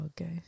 okay